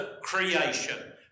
creation